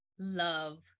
Love